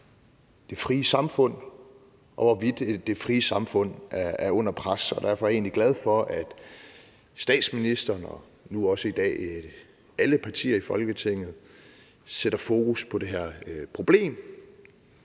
det frie samfund, og hvorvidt det frie samfund er under pres. Og derfor er jeg egentlig glad for, at statsministeren og nu også i dag alle partier i Folketinget sætter fokus på det her problem.